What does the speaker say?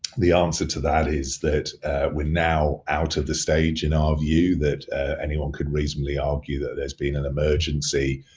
the answer to that is that we're now out of the stage in our view that anyone could reasonably argue that there's been an emergency,